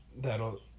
That'll